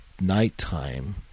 nighttime